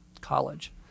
college